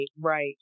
right